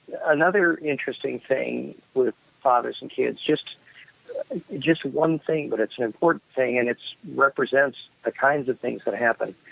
another interesting thing with fathers and kids, just just one thing but it's an important thing, and it represents the kinds of things that happen,